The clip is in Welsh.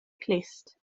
clust